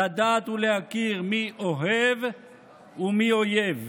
לדעת ולהכיר מי אוהב ומי אויב.